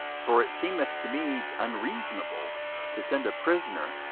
for it seemeth to me unreasonable to send a prisoner,